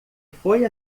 foi